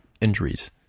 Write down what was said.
injuries